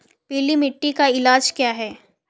पीली मिट्टी का इलाज क्या है?